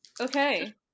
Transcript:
Okay